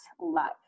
love